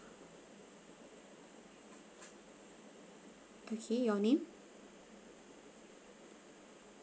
okay your name